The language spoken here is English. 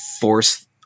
force